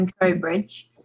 trowbridge